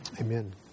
Amen